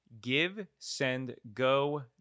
givesendgo